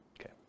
Okay